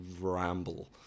ramble